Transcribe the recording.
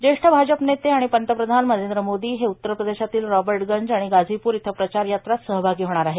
ज्येष्ठ भाजप नेते आणि पंतप्रधान नरेंद्र मोदी हे उत्तरप्रदेशातील रॉबर्टगंज आणि गाझीप्र इथं प्रचार यात्रात सहभागी होणार आहेत